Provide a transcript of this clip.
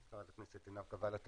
ח"כ עינב קאבלה,